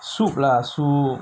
soup lah soup